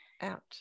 out